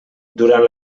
durant